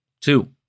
Two